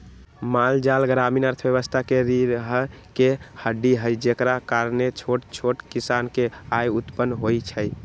माल जाल ग्रामीण अर्थव्यवस्था के रीरह के हड्डी हई जेकरा कारणे छोट छोट किसान के आय उत्पन होइ छइ